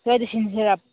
ꯁꯨꯋꯥꯏꯗ ꯁꯤꯟꯁꯤꯔꯥ